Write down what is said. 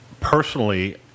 personally